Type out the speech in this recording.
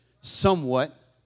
somewhat